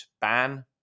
ban